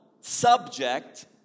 subject